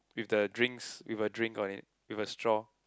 with the drinks with a drink on it with a straw